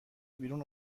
بیرون